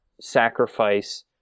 sacrifice